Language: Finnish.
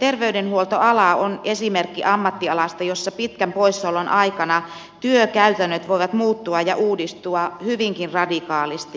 terveydenhuoltoala on esimerkki ammattialasta jossa pitkän poissaolon aikana työkäytännöt voivat muuttua ja uudistua hyvinkin radikaalisti